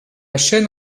chaîne